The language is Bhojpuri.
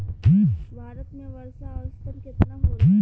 भारत में वर्षा औसतन केतना होला?